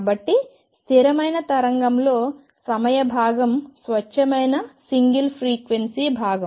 కాబట్టి స్థిరమైన తరంగంలో సమయం భాగం స్వచ్ఛమైన సింగిల్ ఫ్రీక్వెన్సీ భాగం